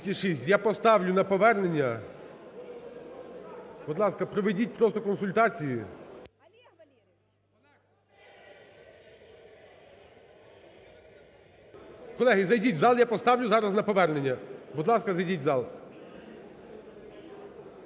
Я поставлю на повернення. Будь ласка, проведіть просто консультації. Колеги, зайдіть в зал, я проставлю зараз на повернення. Будь ласка, зайдіть в зал.